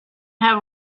have